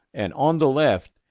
and on the left,